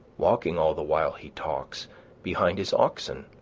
walking all the while he talks behind his oxen,